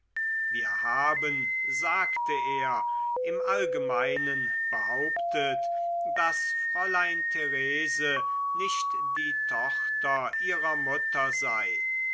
wir haben sagte er im allgemeinen behauptet daß fräulein therese nicht die tochter ihrer mutter sei